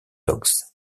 dogs